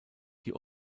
die